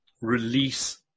release